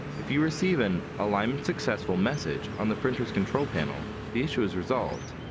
if you receive an alignment successful message on the printer's control panel, the issue is resolved.